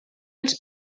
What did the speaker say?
als